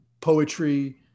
poetry